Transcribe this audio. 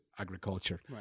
agriculture